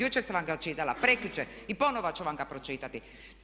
Jučer sam vam ga čitala, prekjučer i ponovno ću vam ga pročitati.